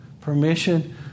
Permission